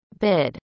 bid